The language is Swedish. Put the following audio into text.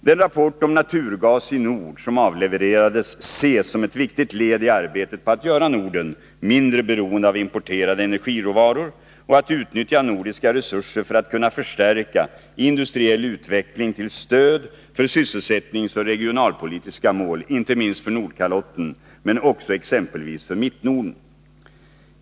Den rapport om naturgas i Nord som avlevererades ses som ett viktigt led i arbetet på att göra Norden mindre beroende av importerade energiråvaror och att utnyttja nordiska resurser för att kunna förstärka industriell utveckling till stöd för sysselsättningsoch regionalpolitiska mål, inte minst för Nordkalotten men också exempelvis för Mittnorden.